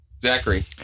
Zachary